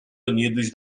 unidos